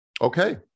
Okay